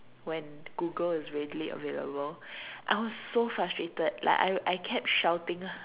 when Google is readily available I was so frustrated like I I kept shouting